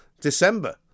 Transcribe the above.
December